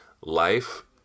life